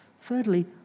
Thirdly